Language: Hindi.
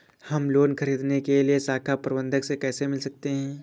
हम लोन ख़रीदने के लिए शाखा प्रबंधक से कैसे मिल सकते हैं?